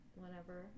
whenever